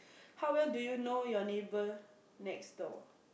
how well do you know your neighbour next door